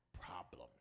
Problem